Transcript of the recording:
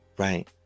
Right